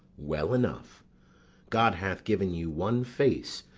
well enough god hath given you one face,